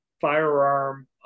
Firearm